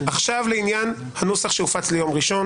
לעניין הנוסח שהופץ ביום ראשון